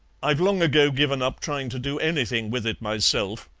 i've long ago given up trying to do anything with it myself.